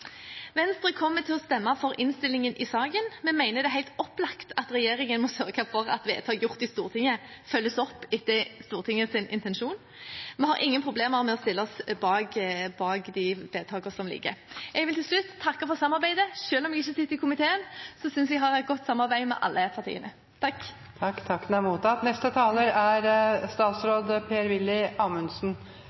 Venstre kommer til å stemme for innstillingen i saken. Vi mener det er helt opplagt at regjeringen må sørge for at vedtak som er gjort i Stortinget, følges opp i samsvar med Stortingets intensjon. Vi har ingen problemer med å stille oss bak de vedtakene som ligger i saken. Jeg vil til slutt takke for samarbeidet. Selv om jeg ikke sitter i komiteen, synes jeg at jeg har et godt samarbeid med alle partiene. Først en